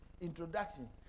introduction